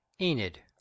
enid